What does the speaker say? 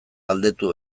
galdetu